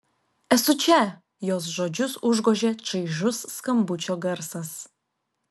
esu čia jos žodžius užgožė čaižus skambučio garsas